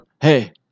hey